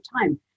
time